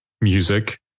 music